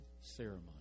ceremony